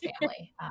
family